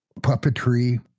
puppetry